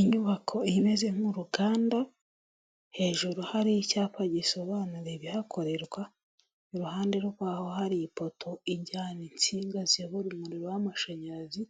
Inyubako imeze nk'uruganda hejuru hari icyapa gisobanura ibihakorerwa, iruhande rw'aho hari ipoto ijyana insinga ziyobora umuriro w'amashanyarazi,